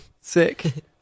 sick